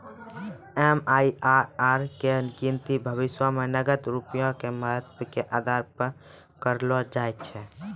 MIRR के गिनती भविष्यो मे नगद रूपया के महत्व के आधार पे करलो जाय छै